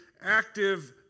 active